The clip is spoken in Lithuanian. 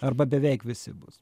arba beveik visi bus